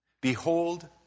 Behold